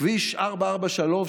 כביש 443,